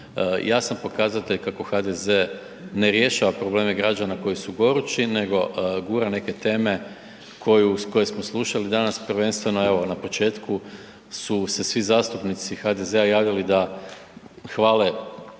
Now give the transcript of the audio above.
jasan pokazatelj kako HDZ ne rješava probleme građana koji su gorući nego gura neke teme koje smo slušali danas prvenstveno evo na početku su se svi zastupnici HDZ javljali da hvale